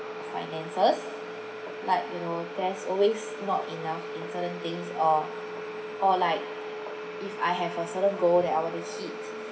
finances like you know there's always not enough in certain things or or like if I have a certain goal that I want to hit